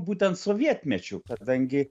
būtent sovietmečiu kadangi